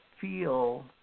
feel